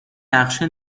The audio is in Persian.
نقشه